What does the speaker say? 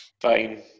Fine